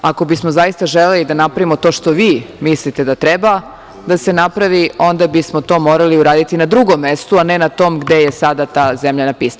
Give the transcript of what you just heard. Ako bismo zaista želeli da napravimo to što vi mislite da treba da se napravi onda bismo to morali uraditi na drugom mestu, a ne tom gde je sada ta zemljana pista.